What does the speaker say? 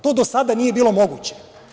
To do sada nije bilo moguće.